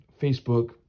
Facebook